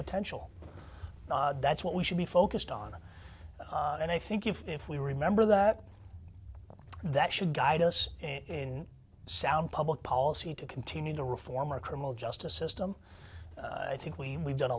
potential that's what we should be focused on and i think if we remember that that should guide us in sound public policy to continue to reform our criminal justice system i think we we've done a